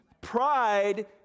Pride